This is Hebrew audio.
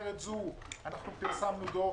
לכן פרסמנו דוח,